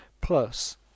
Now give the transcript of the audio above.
plus